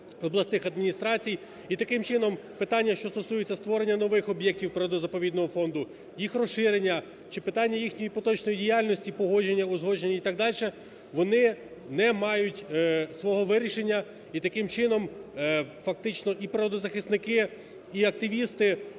обласних адміністрацій і таким чином питання, що стосується створення нових об'єктів природно-заповідного фонду, їх розширення чи питання їхньої поточної діяльності погодження, узгодження і так дальше, вони не мають свого вирішення і таким чином фактично і природозахисники, і активісти,